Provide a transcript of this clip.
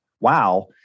wow